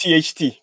THT